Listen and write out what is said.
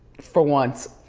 for once.